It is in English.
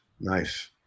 nice